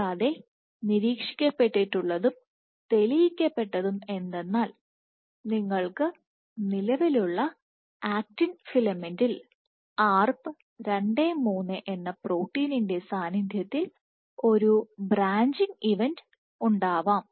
കൂടാതെ നിരീക്ഷിക്കപ്പെട്ടിട്ടുള്ളതും തെളിയിക്കപ്പെട്ടതും എന്തെന്നാൽ നിങ്ങൾക്ക് നിലവിലുള്ള ആക്റ്റിൻ ഫിലമെന്റിൽ Arp 23 എന്ന പ്രോട്ടീന്റെ സാന്നിധ്യത്തിൽ ഒരു ബ്രാഞ്ചിംഗ് ഇവന്റ് ഉണ്ടാവാം